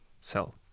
cell